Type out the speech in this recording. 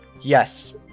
Yes